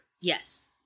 Yes